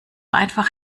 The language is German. einfach